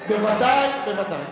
ודאי.